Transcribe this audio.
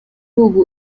ubu